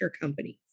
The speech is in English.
companies